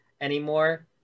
anymore